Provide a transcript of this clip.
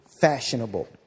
fashionable